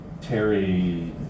Terry